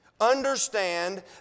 Understand